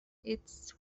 its